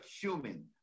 human